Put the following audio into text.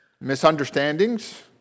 misunderstandings